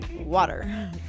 water